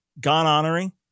God-honoring